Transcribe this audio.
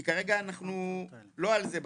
כי כרגע אנחנו לא על זה בסוף.